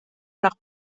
nach